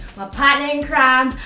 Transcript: partner in crime!